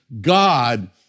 God